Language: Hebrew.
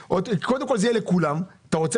החוק שאת מציעה מבטל לכולם את הפטור